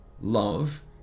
Love